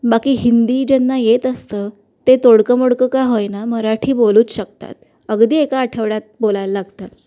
बाकी हिंदी ज्यांना येत असतं ते तोडकंमोडकं का होईना मराठी बोलूच शकतात अगदी एका आठवड्यात बोलायला लागतात